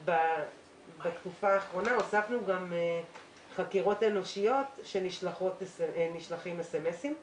בתקופה האחרונה הוספנו גם חקירות אנושיות כאשר נשלחים מסרונים למגעים,